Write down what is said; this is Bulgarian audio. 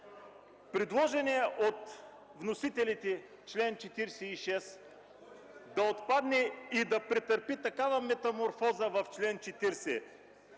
предложеният от вносителите чл. 46 да отпадне и да претърпи такава метаморфоза в чл. 40,